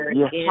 yes